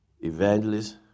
evangelist